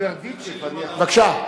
בבקשה,